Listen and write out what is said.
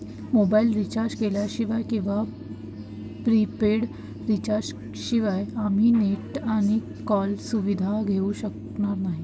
mobile recharge केल्याशिवाय किंवा prepaid recharge शिवाय आम्ही नेट आणि कॉल सुविधा घेऊ शकणार नाही